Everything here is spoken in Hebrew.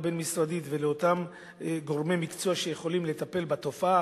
בין-משרדית ולאותם גורמי מקצוע שיכולים לטפל בתופעה,